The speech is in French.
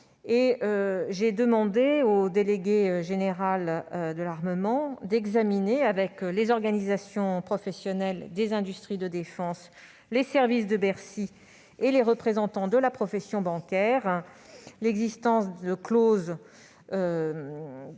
J'ai demandé au délégué général pour l'armement d'examiner avec les organisations professionnelles des industries de défense, les services de Bercy et les représentants de la profession bancaire l'existence de clauses ou de pratiques